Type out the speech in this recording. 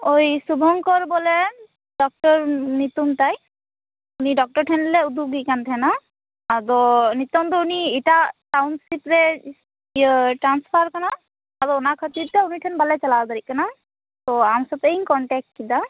ᱳᱭ ᱥᱩᱵᱷᱚᱝᱠᱚᱨ ᱵᱚᱞᱮ ᱰᱚᱠᱴᱚᱨ ᱧᱮᱛᱩᱢ ᱛᱟᱭ ᱩᱱᱤ ᱰᱚᱠᱴᱚᱨ ᱴᱷᱮᱱᱞᱮ ᱩᱫᱩᱜᱮ ᱠᱟᱱ ᱛᱟᱦᱮᱱᱟ ᱟᱫᱚ ᱱᱤᱛᱚᱝ ᱫᱚ ᱩᱱᱤ ᱮᱴᱟᱜ ᱴᱟᱣᱩᱱ ᱥᱤᱯᱨᱮ ᱤᱭᱟᱹ ᱴᱟᱱᱥᱯᱷᱟᱨ ᱠᱟᱱᱟ ᱟᱫᱚ ᱚᱱᱟ ᱠᱷᱟ ᱛᱤᱨ ᱛᱮ ᱩᱱᱤᱴᱷᱮᱱ ᱵᱟᱞᱮ ᱪᱟᱞᱟᱣ ᱫᱟᱲᱮᱭᱟᱜ ᱠᱟᱱᱟ ᱛᱚ ᱟᱢ ᱥᱟᱛᱮᱤᱧ ᱠᱚᱱᱴᱮᱠ ᱠᱮᱫᱟ